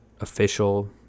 official